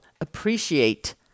appreciate